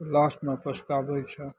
लास्टमे पछताबय छै